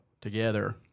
together